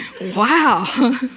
wow